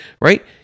right